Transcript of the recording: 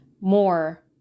more